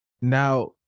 Now